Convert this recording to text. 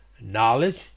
knowledge